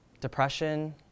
depression